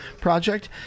Project